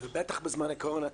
ובטח בזמן הקורונה,